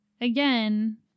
again